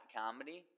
comedy